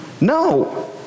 No